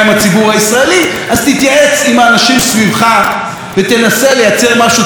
אז תתייעץ עם האנשים סביבך ותנסה לייצר משהו טיפה יותר מעודכן.